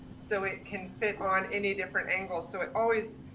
so it can fit on any different angle. so it always,